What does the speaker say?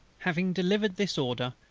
having delivered this order,